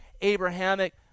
abrahamic